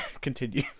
Continue